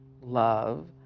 love